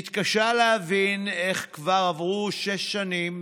מתקשה להבין איך כבר עברו שש שנים